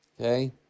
Okay